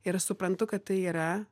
ir aš suprantu kad tai yra